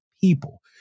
people